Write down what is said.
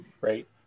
Right